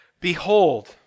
Behold